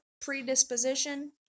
predisposition